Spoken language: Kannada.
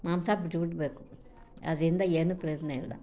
ಮಾಂಸ ಬಿಟ್ಬಿಡಬೇಕು ಅದರಿಂದ ಏನೂ ಪ್ರಯೋಜನ ಇರೋಲ್ಲ